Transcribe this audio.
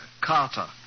Carter